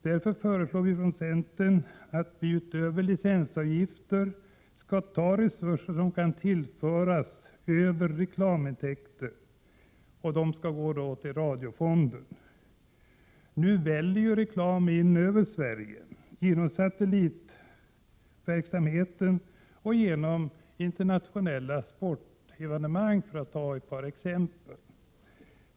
Centern föreslår därför att de resurser, utöver licensavgifter, som kan tillföras via reklam, skall gå till radiofonden. Nu väller reklam in över Sverige genom satellitverksamhet och genom internationella sportevenemang, för att ta ett par exempel.